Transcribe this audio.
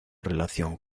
relación